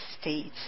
States